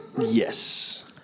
Yes